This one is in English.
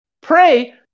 pray